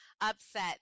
upset